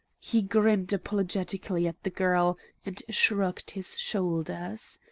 he grinned apologetically at the girl and shrugged his shoulders.